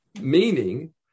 Meaning